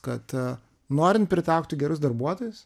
kad norint pritraukti gerus darbuotojus